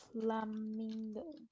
Flamingo